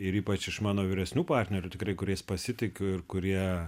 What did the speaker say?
ir ypač iš mano vyresnių partnerių tikrai kuriais pasitikiu ir kurie